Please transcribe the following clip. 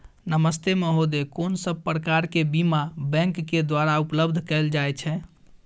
नमस्ते महोदय, कोन सब प्रकार के बीमा बैंक के द्वारा उपलब्ध कैल जाए छै?